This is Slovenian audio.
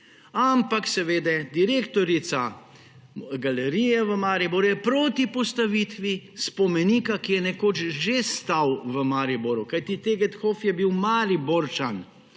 Ampak, seveda, direktorica galerije v Mariboru je proti postavitvi spomenika, ki je nekoč že stal v Mariboru, kajti Tegetthoff je bil Mariborčan.